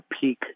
peak